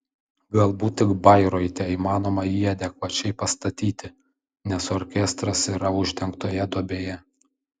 galbūt tik bairoite įmanoma jį adekvačiai pastatyti nes orkestras yra uždengtoje duobėje